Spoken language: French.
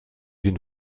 une